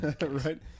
Right